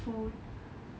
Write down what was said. for food